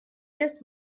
this